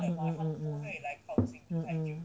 mm mm mm mm mm mm